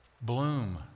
Bloom